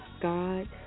God